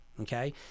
okay